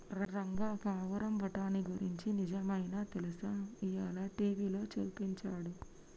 రంగా పావురం బఠానీ గురించి నిజమైనా తెలుసా, ఇయ్యాల టీవీలో సూపించాడు